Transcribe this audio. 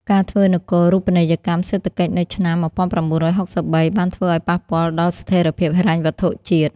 ការធ្វើនគររូបនីយកម្មសេដ្ឋកិច្ចនៅឆ្នាំ ១៩៦៣ បានធ្វើឱ្យប៉ះពាល់ដល់ស្ថិរភាពហិរញ្ញវត្ថុជាតិ។